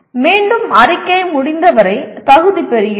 மீண்டும் அறிக்கை முடிந்தவரை தகுதி பெறுகிறது